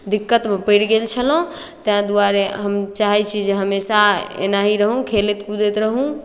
दिक्कतमे पड़ि गेल छलहुँ तैँ दुआरे हम चाहै छी जे हमेशा एना ही रहूँ खेलैत कूदैत रहूँ